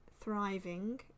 thriving